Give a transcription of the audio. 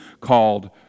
called